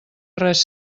res